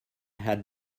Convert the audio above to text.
had